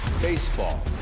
baseball